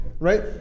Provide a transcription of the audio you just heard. Right